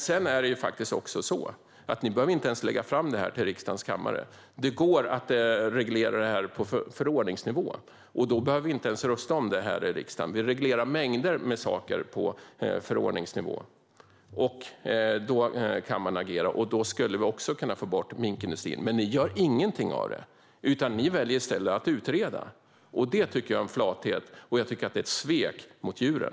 Sedan är det faktiskt också så att ni inte ens behöver lägga fram det i riksdagens kammare; det går att reglera detta på förordningsnivå. Då behöver vi inte ens rösta om det här i riksdagen. Vi reglerar mängder med saker på förordningsnivå, liksom genom att kammaren agerar. Då skulle vi kunna få bort minkindustrin. Men ni gör ingenting av det, utan ni väljer att utreda. Det tycker jag är en flathet, och jag tycker att det är ett svek mot djuren.